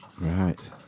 Right